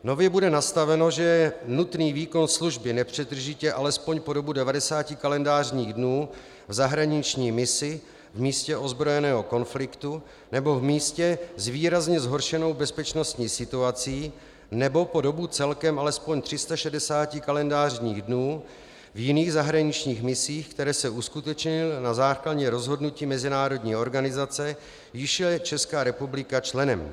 Nově bude nastaveno, že je nutný výkon služby nepřetržitě alespoň po dobu 90 kalendářních dnů v zahraniční misi v místě ozbrojeného konfliktu nebo v místě s výrazně zhoršenou bezpečnostní situací nebo po dobu celkem alespoň 360 kalendářních dnů v jiných zahraničních misích, které se uskutečnily na základě rozhodnutí mezinárodní organizace, jejímž je Česká republika členem.